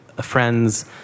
Friends